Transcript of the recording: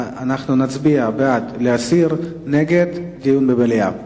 אנחנו נצביע: בעד, להסיר, נגד, דיון במליאה.